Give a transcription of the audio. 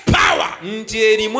power